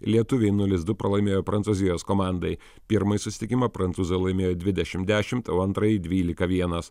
lietuviai nulis du pralaimėjo prancūzijos komandai pirmąjį susitikimą prancūzai laimėjo dvidešim dešimt o antrąjį dvylika vienas